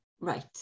right